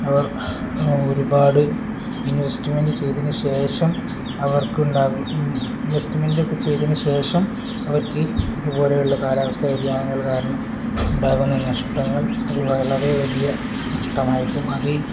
അവർ ഒരുപാട് ഇൻവെസ്റ്റ്മെന്റ് ചെയ്തതിനു ശേഷം അവർക്കുണ്ടാകുന്ന ഇൻവെസ്റ്റമെന്റൊക്കെ ചെയ്തതിനു ശേഷം അവർക്ക് ഇതുപോലെയുള്ള കാലാവസ്ഥാ വ്യതിയാനങ്ങൾ കാരണം ഉണ്ടാകുന്ന നഷ്ടങ്ങൾ അതു വളരെ വലിയ നഷ്ടമായിരിക്കും അത്